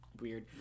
weird